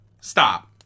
Stop